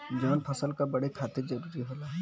जवन फसल क बड़े खातिर जरूरी होला